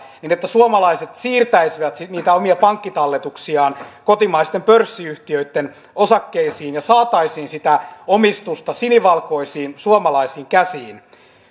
niin että suomalaiset siirtäisivät niitä omia pankkitalletuksiaan kotimaisten pörssiyhtiöitten osakkeisiin ja saataisiin sitä omistusta sinivalkoisiin suomalaisiin käsiin